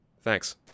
thanks